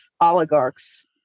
oligarchs